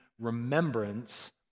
remembrance